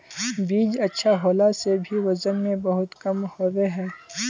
बीज अच्छा होला से भी वजन में बहुत कम होबे है?